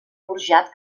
forjat